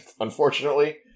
Unfortunately